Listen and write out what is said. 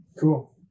Cool